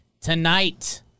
tonight